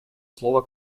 слово